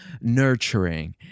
nurturing